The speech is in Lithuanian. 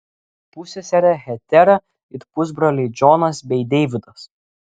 pusseserė hetera ir pusbroliai džonas bei deividas